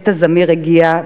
עת הזמיר הגיע,